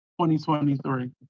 2023